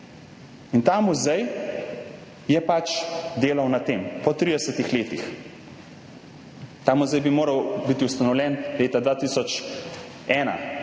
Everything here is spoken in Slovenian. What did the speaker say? In ta muzej je pač delal na tem po 30 letih. Ta muzej bi moral biti ustanovljen leta 2001